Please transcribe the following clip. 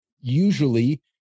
usually